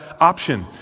option